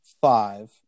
five